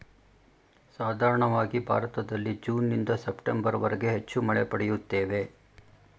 ಸಾಧಾರಣವಾಗಿ ಭಾರತದಲ್ಲಿ ಜೂನ್ನಿಂದ ಸೆಪ್ಟೆಂಬರ್ವರೆಗೆ ಹೆಚ್ಚು ಮಳೆ ಪಡೆಯುತ್ತೇವೆ